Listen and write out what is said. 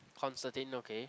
Constantine okay